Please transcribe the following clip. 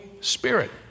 Spirit